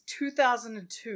2002